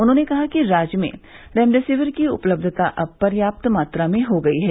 उन्होंने कहा कि राज्य में रेमडेसिविर की उपलब्यता अब पर्याप्त मात्रा में हो गई है